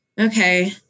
okay